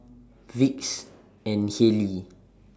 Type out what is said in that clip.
Vicks and Haylee